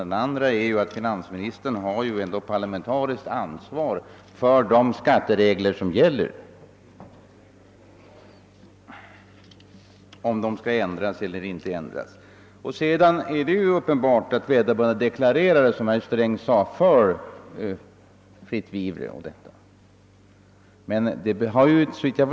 Den andra är att finansministern också har ett parlamentariskt ansvar för om de skatteregler som gäller bör ändras eller inte. Det är riktigt att vederbörande deklarerade, som herr Sträng sade, för fritt vivre och de erhållna inkomsterna.